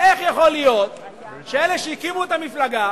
איך יכול להיות שאלה שהקימו את המפלגה